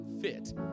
fit